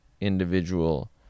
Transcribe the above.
individual